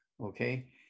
okay